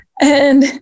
And-